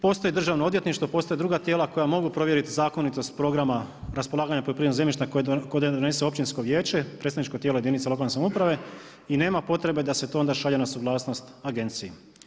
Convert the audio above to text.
Postoji Državno odvjetništvo, postoje druga tijela koja mogu provjeriti zakonitost programa, raspolaganja poljoprivrednim zemljištem koje donese općinsko vijeće, predstavničko tijelo jedinica lokalne samouprave i nema potrebe da se to onda šalje na suglasnost agenciji.